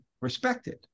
respected